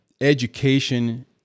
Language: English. education